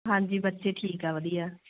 ਹਾਂਜੀ ਬੱਚੇ ਠੀਕ ਆ ਵਧੀਆ